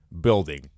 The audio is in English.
building